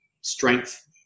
strength